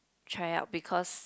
try out because